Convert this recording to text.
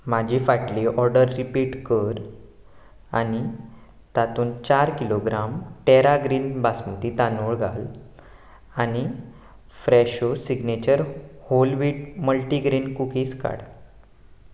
म्हाजी फाटली order repeat कर आनी तातूंत चार किलोग्राम टॅरा ग्रीन बासमती तांदूळ घाल आनी Fresho signature whole wheat multi grain cookies काड